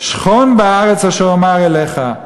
"שכן בארץ אשר אמר אליך,